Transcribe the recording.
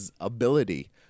ability